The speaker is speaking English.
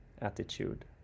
attitude